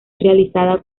realizada